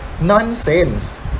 nonsense